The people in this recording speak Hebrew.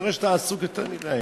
אני רואה שאתה עסוק יותר מדי היום.